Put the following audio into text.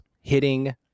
hitting